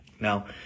now